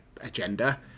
agenda